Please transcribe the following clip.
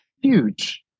huge